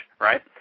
right